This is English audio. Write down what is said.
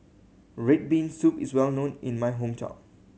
red bean soup is well known in my hometown